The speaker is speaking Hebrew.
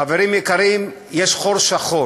חברים יקרים, יש חור שחור,